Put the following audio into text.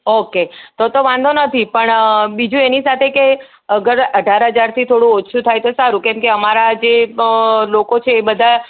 okay તો તો વાંધો નથી પણ બીજું એની સાથે કે અઢાર હજારથી ઓછું થાય તો સારું કેમ કે અમારા જે લોકો છે એ બધા